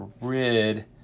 rid